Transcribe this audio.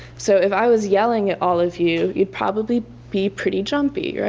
so if i was yelling at all of you, you'd probably be pretty jumpy, right?